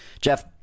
Jeff